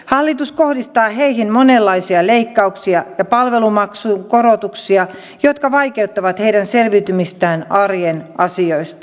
hallitus kohdistaa heihin monenlaisia leikkauksia ja palvelumaksukorotuksia jotka vaikeuttavat heidän selviytymistään arjen asioista